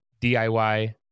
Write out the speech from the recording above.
DIY